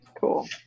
Cool